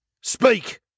Speak